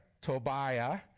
Tobiah